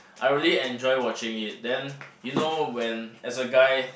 I really enjoy watching it then you know when as a guy